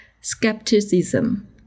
skepticism